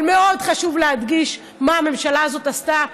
אבל מאוד חשוב להדגיש מה הממשלה הזאת עשתה,